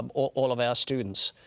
um all of our students.